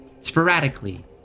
sporadically